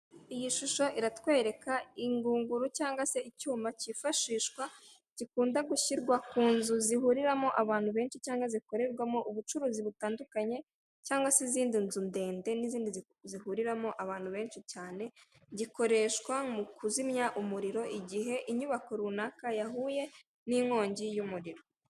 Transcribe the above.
Urupapuro rw'umweru rwanditseho amagambo mu ibara ry'umukara amazina n'imibare yanditseho mu rurimi rw'icyongereza n'ifite amabara y'imituku.